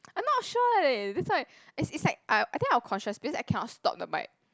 I'm not sure eh that's why is is like I I think I was concious because I cannot stop the bike